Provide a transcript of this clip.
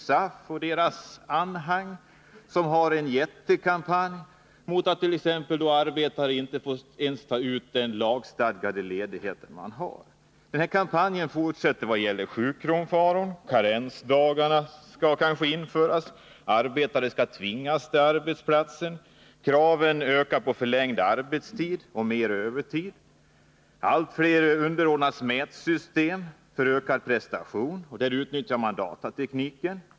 SAF och dess anhang för en jättekampanj mot att arbetare ens skall få ta ut den lagstadgade ledigheten. Kampanjen fortsätter när det gäller sjukfrånvaron. Karensdagar skall kanske införas. Arbetare skall tvingas till arbetsplatsen. Kraven ökar på förlängd arbetstid och mer övertid. Allt fler underordnas mätsystem för att prestationen skall ökas. Därvid utnyttjar man datatekniken.